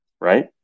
right